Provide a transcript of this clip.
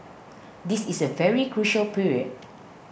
this is a very crucial period